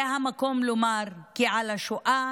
זה המקום לומר כי אל לה לשואה